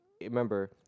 remember